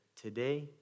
today